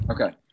Okay